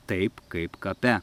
taip kaip kape